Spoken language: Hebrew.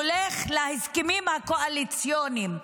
הולך להסכמים הקואליציוניים.